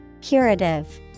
Curative